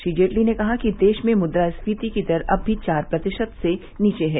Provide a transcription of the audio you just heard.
श्री जेटली ने कहा कि देश में मुद्रास्फीति की दर अब भी चार प्रतिशत से नीचे है